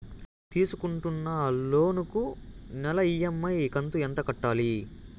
తీసుకుంటున్న లోను కు నెల ఇ.ఎం.ఐ కంతు ఎంత కట్టాలి?